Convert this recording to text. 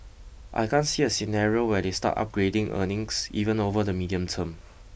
I can't see a scenario where they start upgrading earnings even over the medium term